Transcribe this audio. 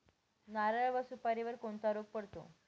नारळ व सुपारीवर कोणता रोग पडतो?